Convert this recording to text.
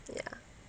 ya